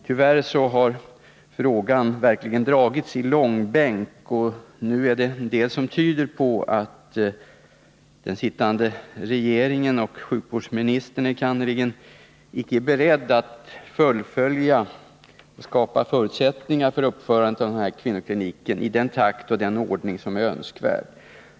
Tyvärr har frågan verkligen dragits i långbänk, och nu är det en del som tyder på att den sittande regeringen och enkannerligen sjukvårdsministern inte är beredda att skapa förutsättningar för ett fullföljande av byggandet av den här kvinnokliniken i den takt och den ordning som det är önskvärt.